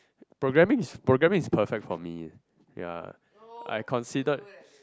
programming is programming is perfect for me ya I considered